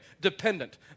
dependent